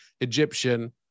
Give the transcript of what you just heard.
Egyptian